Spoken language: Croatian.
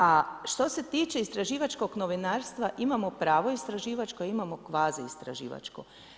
A što se tiče istraživačkog novinarstva, imamo pravo istraživačko, imamo kvazi istraživačko.